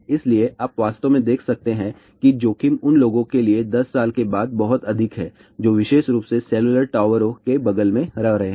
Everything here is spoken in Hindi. इसलिए आप वास्तव में देख सकते हैं कि जोखिम उन लोगों के लिए 10 साल के बाद बहुत अधिक है जो विशेष रूप से सेलुलर टावरों के बगल में रह रहे हैं